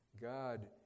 God